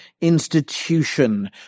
institution